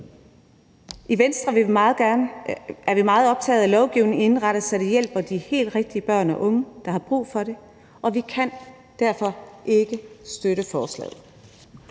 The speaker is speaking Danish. I Venstre er vi meget optaget af, at lovgivningen indrettes, så den hjælper de helt rigtige børn og unge, der har brug for det, og vi kan derfor ikke støtte forslaget.